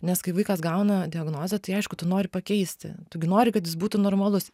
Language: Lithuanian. nes kai vaikas gauna diagnozę tai aišku tu nori pakeisti tu gi nori kad jis būtų normalus